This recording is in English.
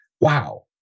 Wow